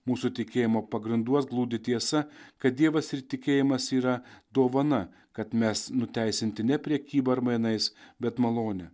mūsų tikėjimo pagrinduos glūdi tiesa kad dievas ir tikėjimas yra dovana kad mes nuteisinti ne prekyba ar mainais bet malone